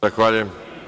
Zahvaljujem.